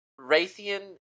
Raytheon